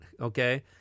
Okay